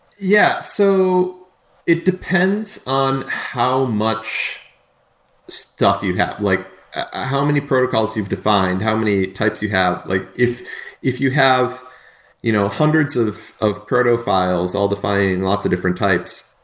yeah so it depends on how much stuff you have. like ah how many protocols you've defined? how many types you have? like if if you have you know hundreds of of proto files all defining and lots of different types.